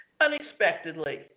unexpectedly